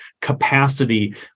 capacity